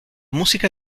música